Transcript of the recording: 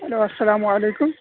hello السلام علیکم